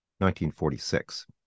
1946